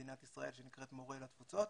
מדינת ישראל שנקראת 'מורה לתפוצות',